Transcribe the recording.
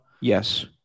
Yes